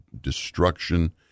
destruction